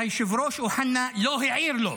והיושב-ראש אוחנה לא העיר לו.